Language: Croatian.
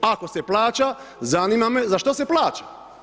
Ako se plaća zanima me za što se plaća.